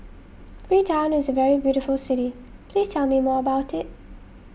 Freetown is a very beautiful city please tell me more about it